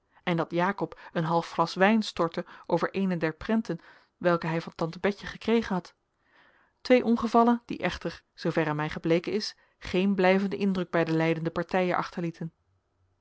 en dat jakob een half glas wijn stortte over eene der prenten welke hij van tante van bempden gekregen had twee ongevallen die echter zooverre mij gebleken is geen blijvenden indruk bij de lijdende partijen achterlieten